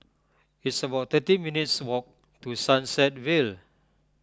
it's about thirteen minutes' walk to Sunset Vale